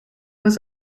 was